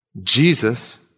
Jesus